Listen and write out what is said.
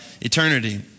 eternity